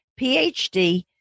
PhD